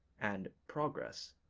and progress,